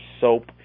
soap